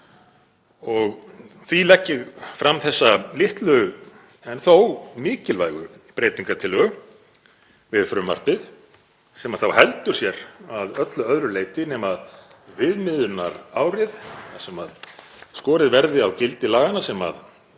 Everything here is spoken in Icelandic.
Því legg ég fram þessa litlu en þó mikilvægu breytingartillögu við frumvarpið sem þá heldur sér að öllu öðru leyti nema viðmiðunarárið, þar sem skorið verði á gildi laganna sem